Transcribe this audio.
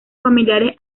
familiares